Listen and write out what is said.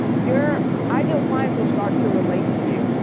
your ideal clients will start to relate to you.